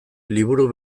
liburu